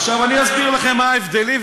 עכשיו אני אסביר לכם מה ההבדלים,